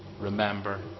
Remember